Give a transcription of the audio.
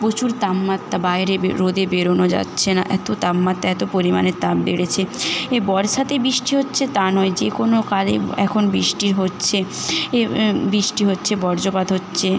প্রচুর তাপমাত্রা বাইরে বের রোদে বেরোনো যাচ্ছে না এত তাপমাত্রা এত পরিমাণে তাপ বেড়েছে এই বর্ষাতে বৃষ্টি হচ্ছে তা নয় যে কোনো কালে এখন বৃষ্টি হচ্ছে এ বৃষ্টি হচ্ছে বজ্রপাত হচ্ছে